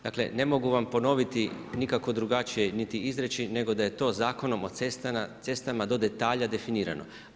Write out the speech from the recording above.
Dakle ne mogu vam ponoviti nikako drugačije niti izreći nego da je to Zakonom o cestama do detalja definirano.